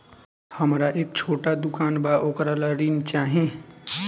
हमरा एक छोटा दुकान बा वोकरा ला ऋण चाही?